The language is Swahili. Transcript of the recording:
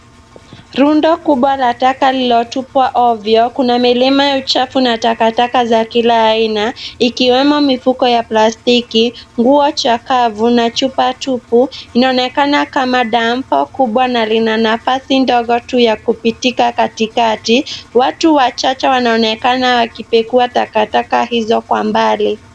Rundo kubwa la taka lilotupwa ovyo, kuna milima ya uchafu na takataka za kila aina, ikiwemo mifuko ya plastiki, nguo chakavu na chupa tupu. Inaonekana kama dampo kubwa na lina nafasi ndogo tu ya kupitika katikati. Watu wachache wanaonekana wakipekua takataka hizo kwa mbali.